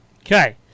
Okay